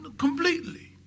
completely